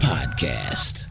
Podcast